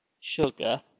sugar